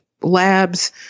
labs